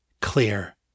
clear